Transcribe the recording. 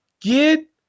Get